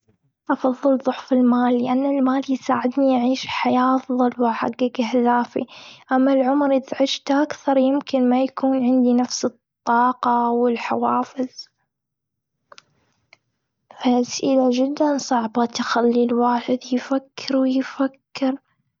أفضل ضعف المال، لأن المال يساعدني أعيش حياة أفضل واحقق أهدافي. أما العمر إذا عشت أكثر، يمكن ما يكون عندي نفس الطاقة والحوافز. أسئلة جداً صعبه، تخلي الواحد يفكر ويفكر.